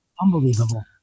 Unbelievable